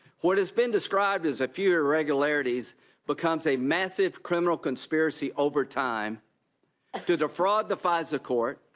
what has been described as a few irregularities become a massive criminal conspiracy over time to defraud the fisa court,